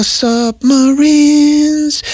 submarines